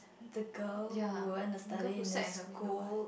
it's a girl who went to study in this school